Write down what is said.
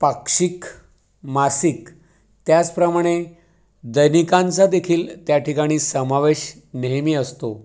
पाक्षिक मासिक त्याचप्रमाणे दैनिकांचा देखील त्या ठिकाणी समावेश नेहमी असतो